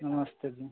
नमस्ते जी